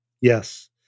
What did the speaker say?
Yes